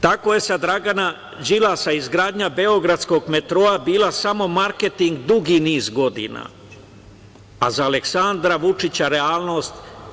Tako je za Dragana Đilasa izgradnja Beogradskog metroa bio samo marketing dugi niz godina, a za Aleksandra Vučića realnost.